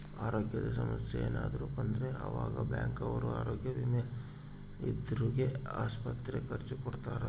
ಅರೋಗ್ಯದ ಸಮಸ್ಸೆ ಯೆನರ ಬಂದ್ರ ಆವಾಗ ಬ್ಯಾಂಕ್ ಅವ್ರು ಆರೋಗ್ಯ ವಿಮೆ ಇದ್ದೊರ್ಗೆ ಆಸ್ಪತ್ರೆ ಖರ್ಚ ಕೊಡ್ತಾರ